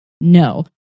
No